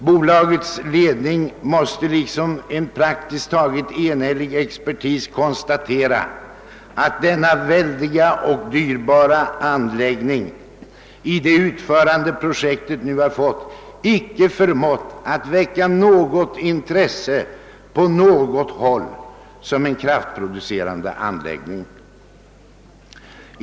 Bolagets ledning måste liksom en praktiskt taget enhällig expertis konstatera att denna väldiga och dyrbara anläggning i det utförande projektet nu har fått icke förmått att på något håll väcka intresse som en kraftproducerande anläggning.